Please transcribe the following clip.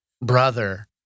brother